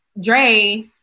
Dre